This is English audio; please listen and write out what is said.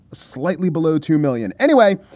slightly below two million. anyway,